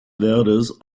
verdes